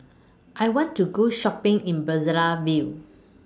I want to Go Shopping in Brazzaville